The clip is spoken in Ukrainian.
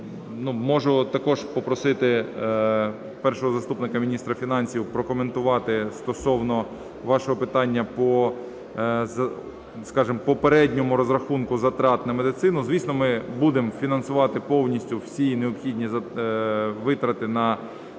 Можу також попросити першого заступника міністра фінансів прокоментувати стосовно вашого питання по, скажемо, попередньому розрахунку затрат на медицину. Звісно, ми будемо фінансувати повністю всі необхідні витрати на